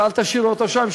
ואל תשאירו אותו שם,